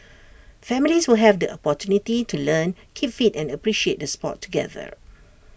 families will have the opportunity to learn keep fit and appreciate the Sport together